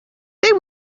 they